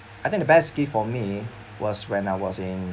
I think the best gift for me was when I was in